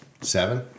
seven